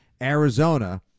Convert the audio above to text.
Arizona